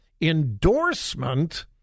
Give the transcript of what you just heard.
endorsement